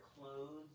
clothes